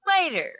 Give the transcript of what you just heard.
Later